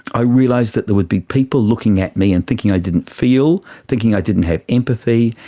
i realised that there would be people looking at me and thinking i didn't feel, thinking i didn't have empathy,